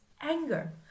anger